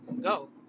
go